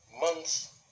months